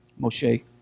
Moshe